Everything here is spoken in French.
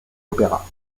opéras